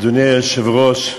אדוני היושב-ראש,